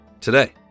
today